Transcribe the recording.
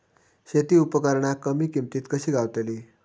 शेती उपकरणा कमी किमतीत कशी गावतली?